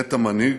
"מת המנהיג,